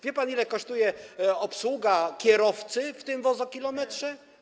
Wie pan, ile kosztuje obsługa kierowcy w tym wozokilometrze?